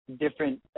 different